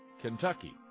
Kentucky